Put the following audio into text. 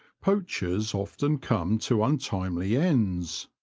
poachers often come to untimely ends.